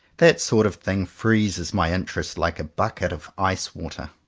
that sort of thing freezes my interest like a bucket of ice-water.